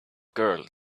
girl